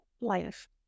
life